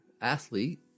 athlete